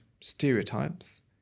stereotypes